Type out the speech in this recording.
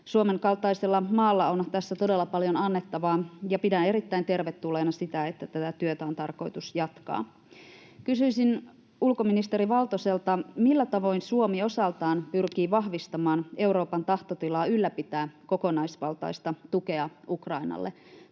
Suomen kaltaisella maalla on tässä todella paljon annettavaa, ja pidän erittäin tervetulleena sitä, että tätä työtä on tarkoitus jatkaa. Kysyisin ulkoministeri Valtoselta: millä tavoin Suomi osaltaan pyrkii vahvistamaan Euroopan tahtotilaa ylläpitää kokonaisvaltaista tukea Ukrainalle?